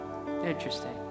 Interesting